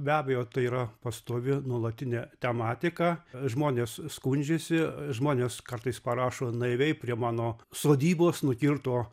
be abejo tai yra pastovi nuolatinė tematika žmonės skundžiasi žmonės kartais parašo naiviai prie mano sodybos nukirto